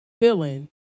feeling